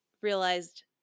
realized